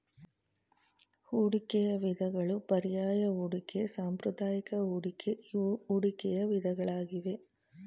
ಹೂಡಿಕೆಯ ವಿಧಗಳು ಪರ್ಯಾಯ ಹೂಡಿಕೆ, ಸಾಂಪ್ರದಾಯಿಕ ಹೂಡಿಕೆ ಇವು ಹೂಡಿಕೆಯ ವಿಧಗಳಾಗಿವೆ